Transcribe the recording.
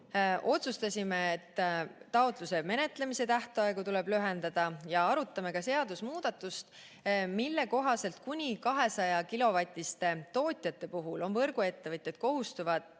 Otsustasime, et taotluse menetlemise tähtaegu tuleb lühendada, ja arutame seadusmuudatust, mille kohaselt kuni 200-kilovatiste tootjate puhul on võrguettevõtjad kohustatud